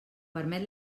permet